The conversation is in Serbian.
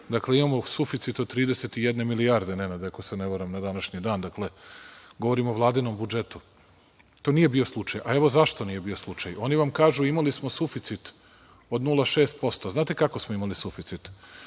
dakle, imamo suficit od 31 milijarde, Nenade, ako se ne varam, na današnji dan. Dakle, govorim o Vladinom budžetu. To nije bio slučaj, a evo zašto nije bio slučaj. Oni vam kažu – imali smo suficit od 0,6%. Znate kako smo imali suficit?